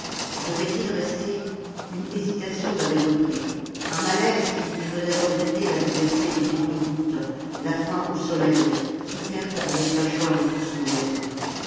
devait-il rester une hésitation l'avait repris un malaise qui lui faisait regretter la liberté des grandes routes la faim au soleil soufferte avec la joie d'être son maître